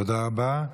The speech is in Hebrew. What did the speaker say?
תודה רבה.